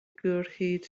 gwrhyd